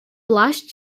blushed